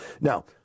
Now